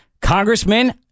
Congressman